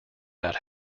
that